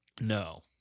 No